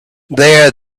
there